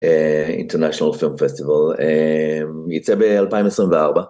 אה... international film festival, אה... ייצא ב-2024.